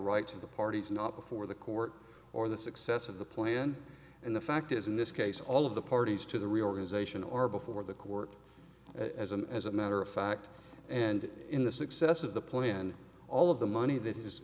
rights of the parties not before the court or the success of the plan and the fact is in this case all of the parties to the reorganization are before the court as a as a matter of fact and in the success of the plan all of the money that is